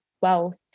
wealth